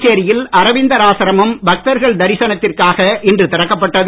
புதுச்சேரியில் அரவிந்தர் ஆசிரமம் பக்தர்கள் தரிசனத்திற்காக இன்று திறக்கப்பட்டது